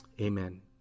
Amen